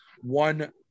one